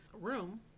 room